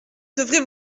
devrait